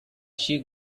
she